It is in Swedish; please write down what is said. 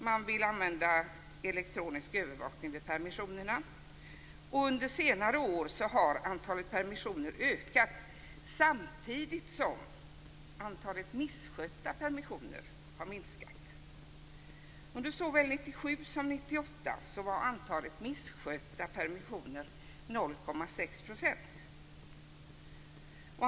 Man vill använda elektronisk övervakning vid permissionerna. Under senare år har antalet permissioner ökat samtidigt som antalet misskötta permissioner har minskat. Under såväl 1997 som 1998 var antalet misskötta permissioner 0,6 %.